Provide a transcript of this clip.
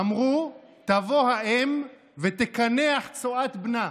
אמרו: תבוא האם ותקנח צואת בנה.